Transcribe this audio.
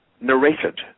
narrated